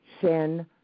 sin